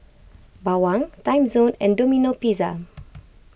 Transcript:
Bawang Timezone and Domino Pizza